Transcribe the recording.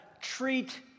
treat